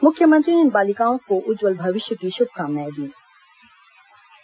मुख्यमंत्री ने इन बालिकाओं के उज्जवल भविष्य की शुभकामनाएं दीं